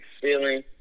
feeling